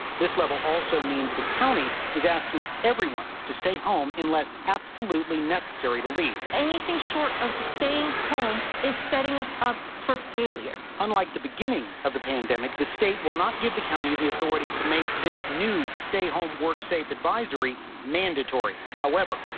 this level also means the county is asking everyone to stay home unless absolutely necessary to leave anything short of staying home is setting us up for failure on like the beginning of the pandemic the state will not give the county the authority to make this new stay home work safe advisory mandatory, however,